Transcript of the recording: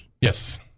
Yes